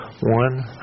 one